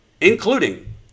including